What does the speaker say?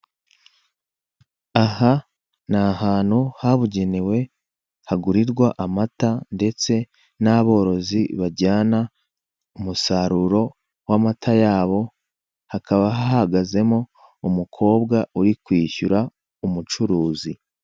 Aha ni ahantu habugenewe hagurirwa amata ndetse n'aborozi bajyana umusaruro w'amata yabo, hakaba hahagazemo umukobwa uri kwishyura umucuruzi.